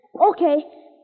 Okay